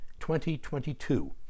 2022